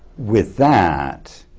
with that,